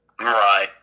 Right